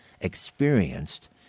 experienced